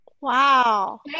Wow